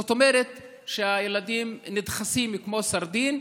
זאת אומרת שהילדים נדחסים כמו סרדינים.